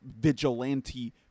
vigilante